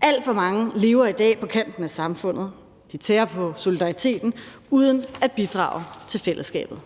Alt for mange lever i dag på kanten af samfundet. De tærer på solidariteten uden at bidrage til fællesskabet.